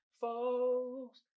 folks